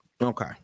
okay